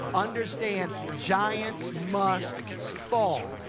understand. giants must fall.